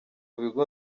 bigo